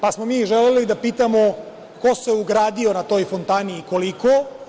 Mi smo želeli da pitamo ko se ugradio na toj fontani i koliko?